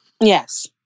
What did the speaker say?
Yes